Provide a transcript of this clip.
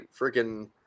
freaking